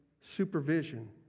supervision